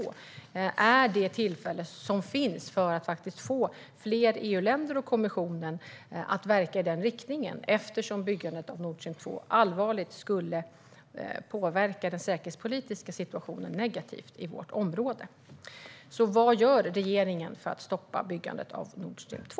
Det är det tillfälle som finns för att få fler EU-länder och kommissionen att verka i den riktningen. Byggandet av Nordstream 2 skulle allvarligt påverka den säkerhetspolitiska situationen negativt i vårt område. Så vad gör regeringen för att stoppa byggandet av Nordstream 2?